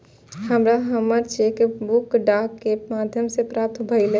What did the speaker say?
हमरा हमर cheque book डाक के माध्यम से प्राप्त भईल